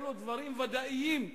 אלה דברים ודאיים,